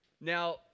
Now